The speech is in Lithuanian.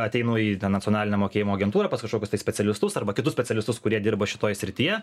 ateinu į ten nacionalinę mokėjimo agentūrą pas kažkokius tai specialistus arba kitus specialistus kurie dirba šitoj srityje